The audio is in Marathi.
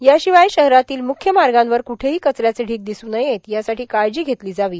याशिवाय शहरातील म्ख्य मार्गावर कुठेही कच याचे ढिग दिसू नये यासाठी काळजी घेतली जावी